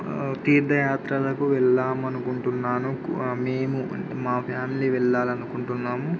తీర్థయాత్రలకు వెళదామని అనుకుంటున్నాను మేము మా ఫ్యామిలీ వెళ్ళాలని అనుకుంటున్నాము